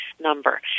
number